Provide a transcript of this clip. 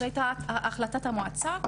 זו הייתה החלטת המועצה.